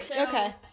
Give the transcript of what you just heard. Okay